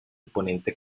imponente